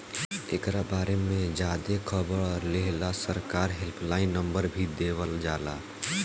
एकरा बारे में ज्यादे खबर लेहेला सरकार हेल्पलाइन नंबर भी देवल जाला